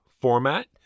format